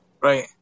Right